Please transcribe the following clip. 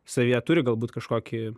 savyje turi galbūt kažkokį